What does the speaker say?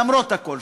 למרות הכול,